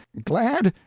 glad?